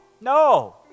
No